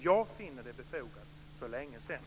Jag fann det befogat för länge sedan.